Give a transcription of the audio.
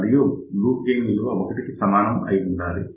మరియు loop gain విలువ 1 కి సమానం అయి ఉండాలి